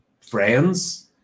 friends